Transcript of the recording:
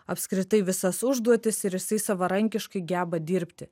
apskritai visas užduotis ir jisai savarankiškai geba dirbti